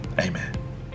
amen